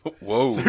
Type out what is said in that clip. Whoa